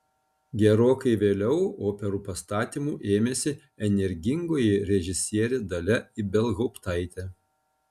gerokai vėliau operų pastatymų ėmėsi energingoji režisierė dalia ibelhauptaitė